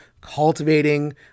cultivating